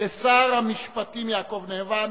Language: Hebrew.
שר המשפטים אינו נוכח,